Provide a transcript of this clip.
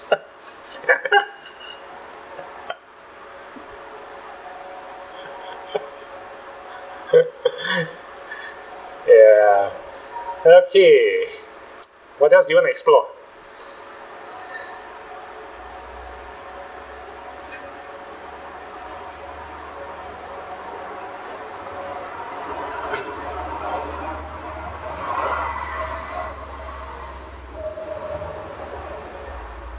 ya okay what else do you want to explore